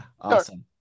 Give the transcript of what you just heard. awesome